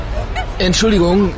Entschuldigung